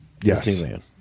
Disneyland